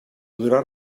podrà